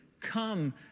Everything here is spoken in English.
Come